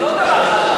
זה לא דבר חדש.